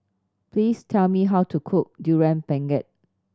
please tell me how to cook Durian Pengat